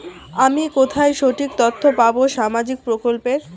আমি কোথায় সঠিক তথ্য পাবো সামাজিক প্রকল্পের?